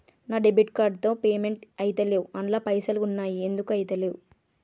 నా debit card తో payment ఐతలేవ్ అండ్ల పైసల్ ఉన్నయి ఎందుకు ఐతలేవ్?